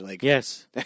Yes